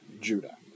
Judah